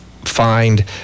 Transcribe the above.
find